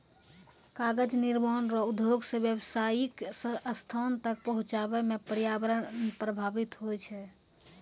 कागज निर्माण रो उद्योग से व्यावसायीक स्थान तक पहुचाबै मे प्रर्यावरण प्रभाबित होय छै